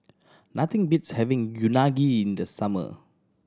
nothing beats having Unagi in the summer